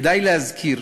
כדאי להזכיר,